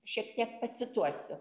šiek tiek pacituosiu